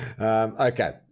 okay